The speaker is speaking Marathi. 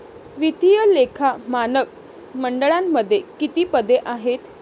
वित्तीय लेखा मानक मंडळामध्ये किती पदे आहेत?